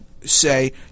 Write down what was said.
say